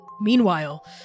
Meanwhile